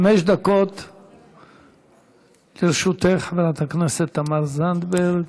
חמש דקות לרשותך, חברת הכנסת תמר זנדברג.